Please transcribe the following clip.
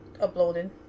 uploaded